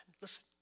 Listen